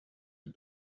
you